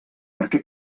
perquè